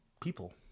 people